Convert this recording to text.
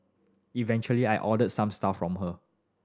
eventually I ordered some stuff from her